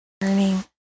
Learning